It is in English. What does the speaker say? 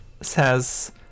says